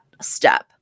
step